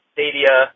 Stadia